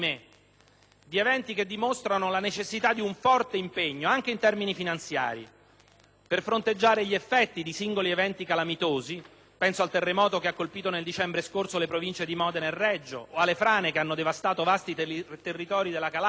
di eventi che dimostrano la necessità di un forte impegno, anche in termini finanziari, per fronteggiare gli effetti di singoli eventi calamitosi (penso al terremoto che ha colpito nel dicembre scorso le province di Modena e Reggio Emilia o alle frane che hanno devastato vasti territori della Calabria